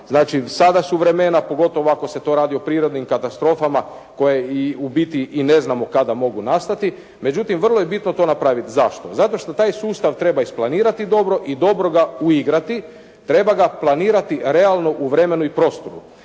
Znači sada su vremena pogotovo ako se to radi o prirodnim katastrofama koje i u biti ne znamo kada mogu nastati, međutim vrlo je bitno to napraviti. Zašto? Zato što taj sustav treba isplanirati dobro i dobro ga uigrati, treba ga planirati realno u vremenu i prostoru.